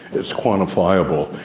it's quantifiable.